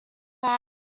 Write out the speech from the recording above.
that